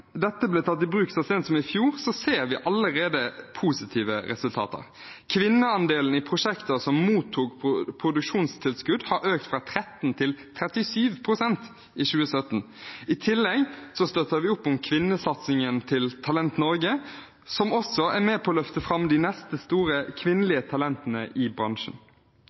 dette ble tatt i bruk så sent som i fjor, ser vi allerede positive resultater. Kvinneandelen i prosjekter som mottok produksjonstilskudd, økte fra 13 til 37 pst. i 2017. I tillegg støtter vi opp om kvinnesatsingen til Talent Norge, som er med på å løfte fram de neste store kvinnelige talentene i bransjen.